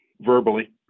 verbally